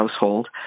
household